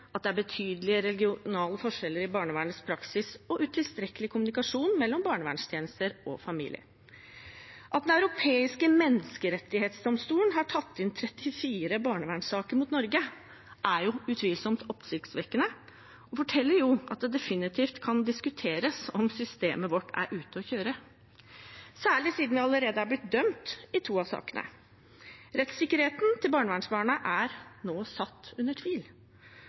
at det er betydelige regionale forskjeller i barnevernets praksis og utilstrekkelig kommunikasjon mellom barnevernstjenester og familier. At Den europeiske menneskerettsdomstol har tatt inn 34 barnevernssaker mot Norge, er utvilsomt oppsiktsvekkende og forteller at det definitivt kan diskuteres om systemet vårt er ute å kjøre, særlig siden vi allerede er blitt dømt i to av sakene. Rettssikkerheten til barnevernsbarna er nå satt under tvil.